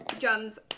drums